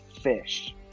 fish